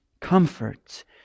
comfort